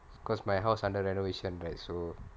because my house under renovation right so